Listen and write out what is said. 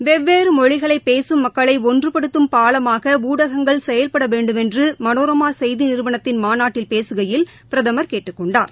வெவ்வேறு மொழிகளைப் பேசும் மக்களை ஒன்றுபடுத்தும் பாலமாக ஊடகங்கள் செயல்பட வேண்டுமென்று மனோரமா செய்தி நிறுவனத்தின் மாநாட்டில் பேசுகையில் பிரதமா் கேட்டுக் கொண்டார்